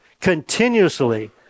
Continuously